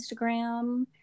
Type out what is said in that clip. Instagram